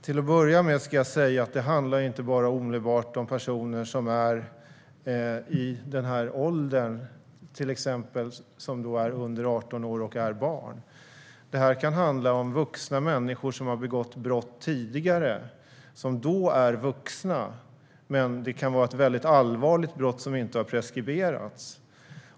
Fru talman! Det handlar inte bara omedelbart om personer som är i den här åldern, till exempel de som är under 18 år och är barn. Det kan handla om vuxna människor som har begått brott tidigare. Det kan vara ett väldigt allvarligt brott som inte har preskriberats.